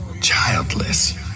childless